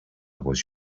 was